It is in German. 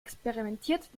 experimentiert